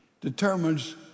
determines